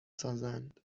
سازند